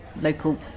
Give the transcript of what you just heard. local